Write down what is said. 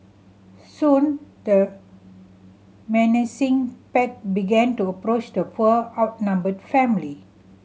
soon the menacing pack began to approach the poor outnumbered family